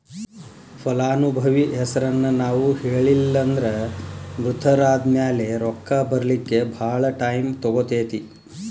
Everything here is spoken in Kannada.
ಫಲಾನುಭವಿ ಹೆಸರನ್ನ ನಾವು ಹೇಳಿಲ್ಲನ್ದ್ರ ಮೃತರಾದ್ಮ್ಯಾಲೆ ರೊಕ್ಕ ಬರ್ಲಿಕ್ಕೆ ಭಾಳ್ ಟೈಮ್ ತಗೊತೇತಿ